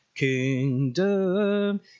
Kingdom